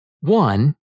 One